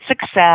success